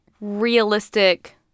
realistic